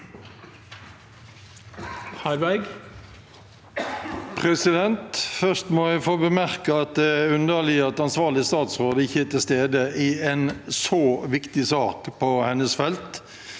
Først må jeg få be- merke at det er underlig at ansvarlig statsråd ikke er til stede i en så viktig sak på hennes felt.